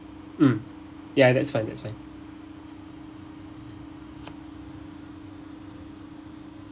mm ya that's fine that's fine